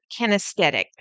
kinesthetic